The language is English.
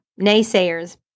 naysayers